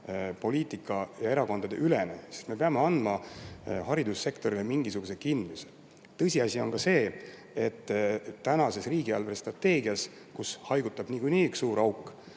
poliitika ja erakondade ülene. Me peame andma haridussektorile mingisuguse kindluse. Tõsiasi on ka see, et riigi eelarvestrateegias, kus haigutab niikuinii üks suur auk